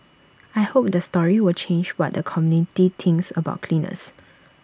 I hope the story will change what the community thinks about cleaners